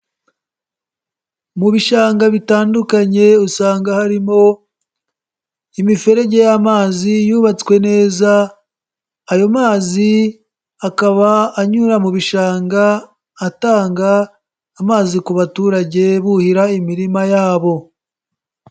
Mu bishanga bitandukanye usanga harimo imiferege y'amazi yubatswe neza, ayo mazi akaba anyura mu bishanga atanga amazi ku baturage buhira imirima yabo.